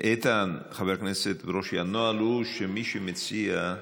איתן, חבר הכנסת ברושי, הנוהל הוא שמי שמציע,